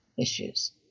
issues